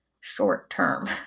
short-term